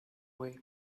way